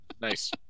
Nice